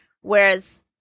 whereas